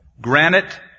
granite